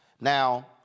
Now